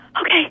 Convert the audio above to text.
okay